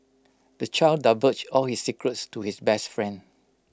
the child divulged all his secrets to his best friend